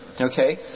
Okay